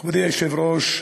מכובדי היושב-ראש,